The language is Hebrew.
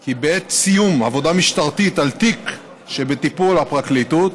כי בעת סיום עבודה משטרתית על תיק שבטיפול הפרקליטות,